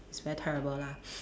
it's very terrible lah